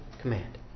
command